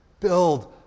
Build